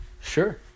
Sure